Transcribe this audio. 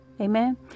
Amen